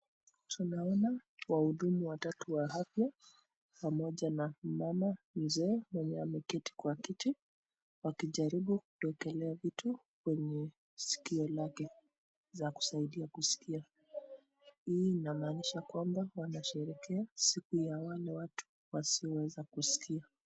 Tunaona wahudumu watatu wa afya pamoja na mama mzee mwenye ameketi kwa kiti wakijaribu kudungulia vitu kwenye sikio lake la kusaidia kuskia hii unamaanisha kwamba wanasherekea siku ya wale watu hawangeweza kuskia .